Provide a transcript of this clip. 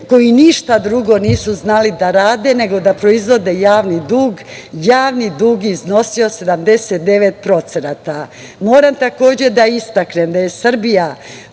koji ništa drugo nisu znali da rade nego da proizvode javni dug, javni dug je iznosio 79%.Moram takođe da istaknem da je Srbija